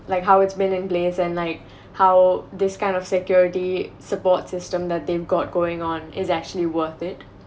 like how it's been in place and like how this kind of security support system that they've got going on is actually worth it